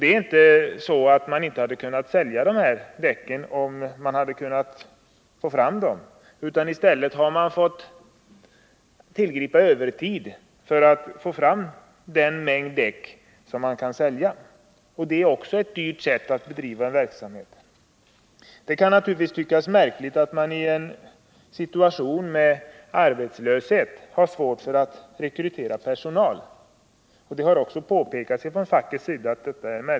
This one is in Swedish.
Det är inte så att man inte har kunnat sälja dessa däck om man hade kunnat få fram dem. I stället har man fått tillgripa övertid för att få fram den mängd däck som man kan sälja. Det är ett dyrbart sätt att bedriva en verksamhet. Det kan naturligtvis tyckas märkligt att mani en situation med arbetslöshet har svårt att rekrytera personal. Det har också påpekats av facket.